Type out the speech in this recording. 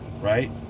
right